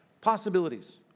Possibilities